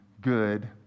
good